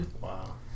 Wow